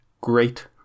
Great